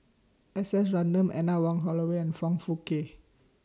S S Ratnam Anne Wong Holloway and Foong Fook Kay